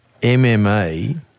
MMA